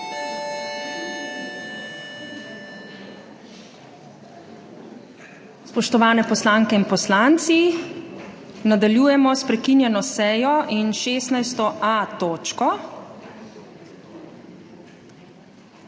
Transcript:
Spoštovani poslanke in poslanci! Nadaljujemo s prekinjeno sejo in 16.a točko,